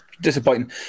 Disappointing